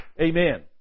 Amen